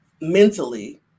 mentally